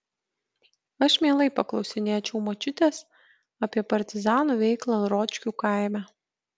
aš mielai paklausinėčiau močiutės apie partizanų veiklą ročkių kaime